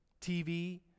TV